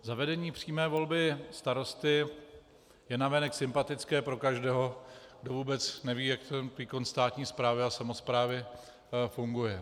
Zavedení přímé volby starosty je navenek sympatické pro každého, kdo vůbec neví, jak ty konstantní správy a samosprávy fungují.